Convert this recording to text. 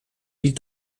die